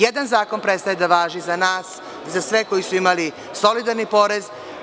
Jedan zakon prestaje da važi za nas, za sve koji su imali solidarni porez.